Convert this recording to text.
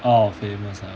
oh famous ah